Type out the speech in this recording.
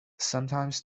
sometimes